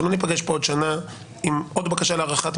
שלא ניפגש כאן עוד שנה עם עוד בקשה להארכה.